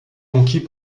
conquis